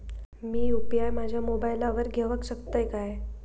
मी UPI माझ्या मोबाईलावर घेवक शकतय काय?